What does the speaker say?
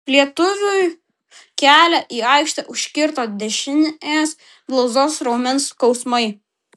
lietuviui kelią į aikštę užkirto dešinės blauzdos raumens skausmai